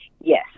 Yes